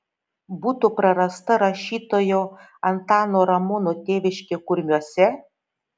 būtų prarasta rašytojo antano ramono tėviškė kurmiuose